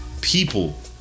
people